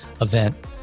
event